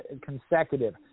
consecutive